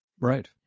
Right